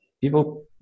people